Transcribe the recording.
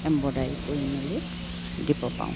embroidery কৰি মেলি দিব পাৰো